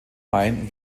main